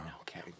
okay